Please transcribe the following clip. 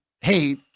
Hey